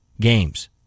games